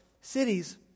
cities